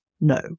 no